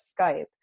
Skype